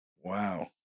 Wow